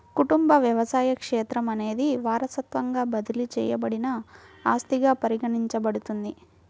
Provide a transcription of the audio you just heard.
కుటుంబ వ్యవసాయ క్షేత్రం అనేది వారసత్వంగా బదిలీ చేయబడిన ఆస్తిగా పరిగణించబడుతుంది